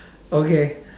okay